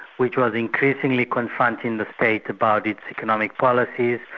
which was increasingly confronting the state about its economic policies,